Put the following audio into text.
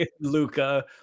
luca